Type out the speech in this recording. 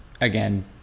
again